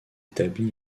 établit